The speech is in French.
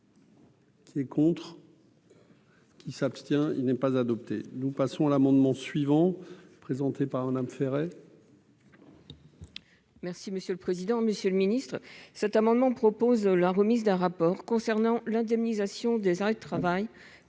C'est contre qui s'abstient, il n'est pas adopté, nous passons à l'amendement suivant présenté par Madame Ferret. Merci monsieur le président, Monsieur le Ministre, cet amendement propose la remise d'un rapport concernant l'indemnisation des arrêts de travail